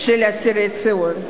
של אסירי ציון.